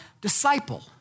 disciple